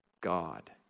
God